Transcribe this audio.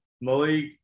Malik